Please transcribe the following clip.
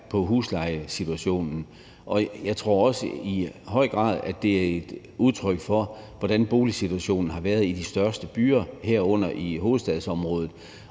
af huslejesituationen. Jeg tror også, at det i høj grad er et udtryk for, hvordan boligsituationen har været i de største byer, herunder i hovedstadsområdet.